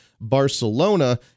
Barcelona